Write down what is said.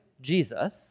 Jesus